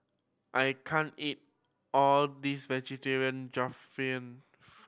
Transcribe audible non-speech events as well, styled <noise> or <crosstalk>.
I can't eat all this <unintelligible>